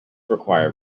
require